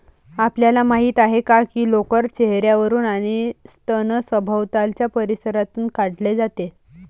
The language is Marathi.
आपल्याला माहित आहे का लोकर चेहर्यावरून आणि स्तन सभोवतालच्या परिसरातून काढले जाते